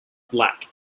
black